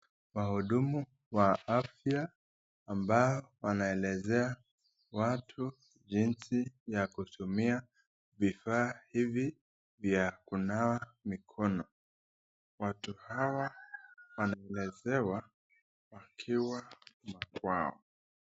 Wahudumu wa afya ambao wanaelezea watu jinsi ya kutumia vifaa hivi vya kunawa mikono. Watu hawa wanaelezewa wakiwa makwao.